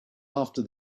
after